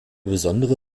besondere